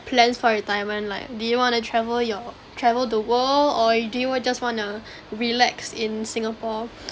plans for retirement like do you want to travel your travel the world or do you want just want to relax in singapore